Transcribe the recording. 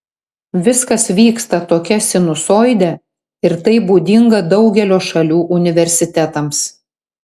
viskas vyksta tokia sinusoide ir tai būdinga daugelio šalių universitetams